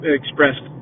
expressed